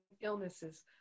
illnesses